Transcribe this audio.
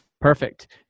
Perfect